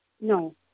No